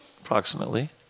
approximately